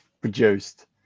produced